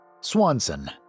Swanson